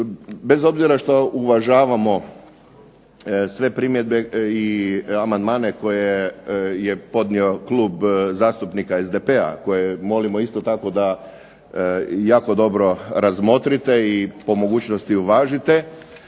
Bez obzira što uvažavamo sve primjedbe i amandmane koje je podnio Klub zastupnika SDP-a koje molimo isto tako da jako dobro razmotrite i po mogućnosti uvažite,